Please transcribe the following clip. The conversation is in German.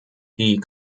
die